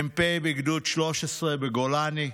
מ"פ בגדוד 13 בגולני,